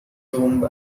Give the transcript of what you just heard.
tomb